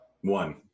one